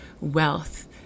wealth